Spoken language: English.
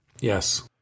yes